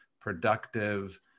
productive